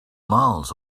miles